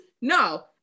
no